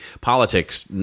Politics